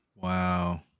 Wow